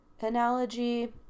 analogy